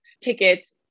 tickets